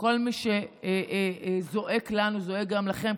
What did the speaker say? כל מי שזועק לנו, זועק גם לכם.